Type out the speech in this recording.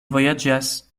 vojaĝas